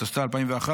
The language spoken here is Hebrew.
התשס"א 2001,